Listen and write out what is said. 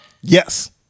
Yes